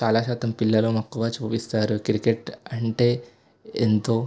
చాలా శాతం పిల్లలు మక్కువ చూపిస్తారు క్రికెట్ అంటే ఎంతో